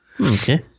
Okay